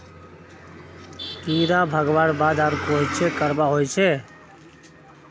कीड़ा भगवार बाद आर कोहचे करवा होचए?